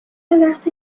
وقت